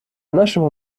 нашему